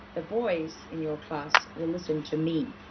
the boys in your class will listen to me.